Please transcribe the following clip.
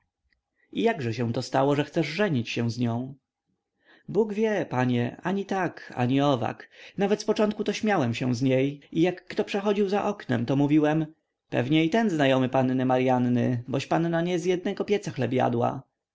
jakże się to stało że chcesz żenić się z nią bóg wie panie ani tak ani owak nawet zpoczątku to śmiałem się z niej i jak kto przechodził za oknem to mówiłem pewno i ten znajomy panny maryanny boś panna nie z jednego pieca